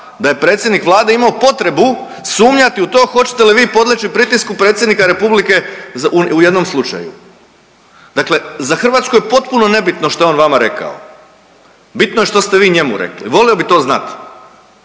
da je predsjednik Vlade imati potrebu sumnjati u to hoćete li podleći pritisku predsjednika Republike u jednom slučaju. Dakle, za Hrvatsku je potpuno nebitno što je on vama rekao, bitno je što ste vi njemu rekli. Volio bi to znat.